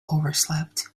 overslept